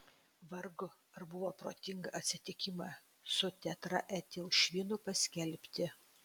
vargu ar buvo protinga atsitikimą su tetraetilšvinu paskelbti